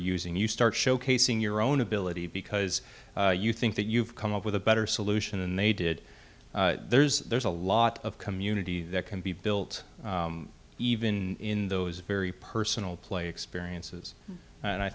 using you start showcasing your own ability because you think that you've come up with a better solution and they did there's there's a lot of community that can be built even those very personal play experiences and i